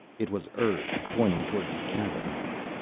it was urg, pointing toward the cavern mouth.